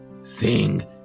Sing